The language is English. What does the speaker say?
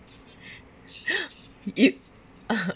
you